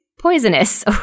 poisonous